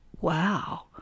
Wow